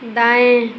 दाएं